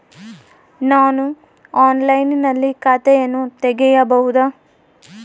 ನಾನು ಆನ್ಲೈನಿನಲ್ಲಿ ಖಾತೆಯನ್ನ ತೆಗೆಯಬಹುದಾ?